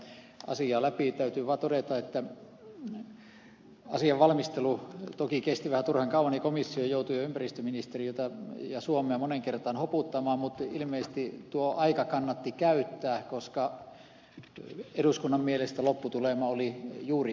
täytyy vaan todeta että asian valmistelu toki kesti vähän turhan kauan ja komissio joutui jo ympäristöministeriötä ja suomea moneen kertaan hoputtamaan mutta ilmeisesti tuo aika kannatti käyttää koska eduskunnan mielestä lopputulema oli juuri oikea